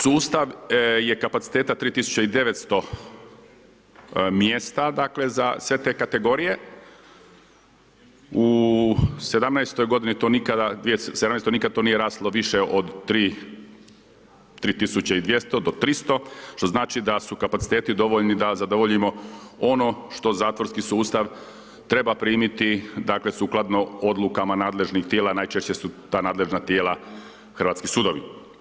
Sustav je kapaciteta 3900 mjesta dakle za sve te kategorije, u 2017. godini to nikada nije raslo više od 3200 do 300, što znači da su kapaciteti dovoljni da zadovoljimo ono što zatvorski sustav treba primiti dakle sukladno odlukama nadležnih tijela, najčešće su ta nadležna tijela hrvatski sudovi.